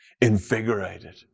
invigorated